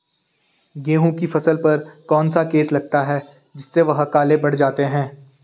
गेहूँ की फसल पर कौन सा केस लगता है जिससे वह काले पड़ जाते हैं?